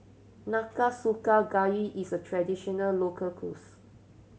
Nanakusa Gayu is a traditional local cuisine